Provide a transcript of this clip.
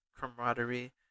camaraderie